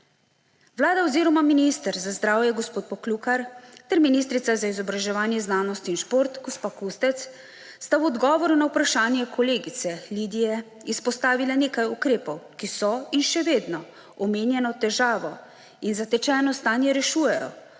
Vlada oziroma minister za zdravje gospod Poklukar ter ministrica za izobraževanje, znanost in šport gospa Kustec sta v odgovoru na vprašanje kolegice Lidije izpostavila nekaj ukrepov, ki so in še vedno omenjeno težavo in zatečeno stanje rešujejo,